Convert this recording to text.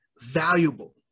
valuable